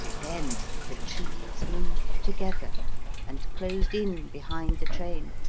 then the trees moved together and closed in behind the train,